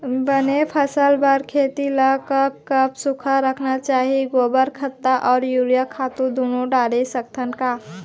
बने फसल बर खेती ल कब कब सूखा रखना चाही, गोबर खत्ता और यूरिया खातू दूनो डारे सकथन का?